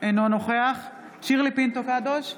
אינו נוכח שירלי פינטו קדוש,